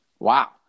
Wow